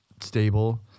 stable